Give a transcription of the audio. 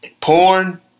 Porn